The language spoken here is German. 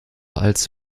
als